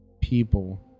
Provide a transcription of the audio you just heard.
people